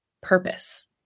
purpose